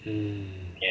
mm